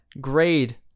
grade